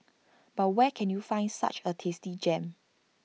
but where can you find such A tasty gem